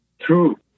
true